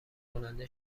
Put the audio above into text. کننده